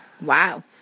Wow